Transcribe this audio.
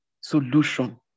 solution